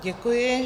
Děkuji.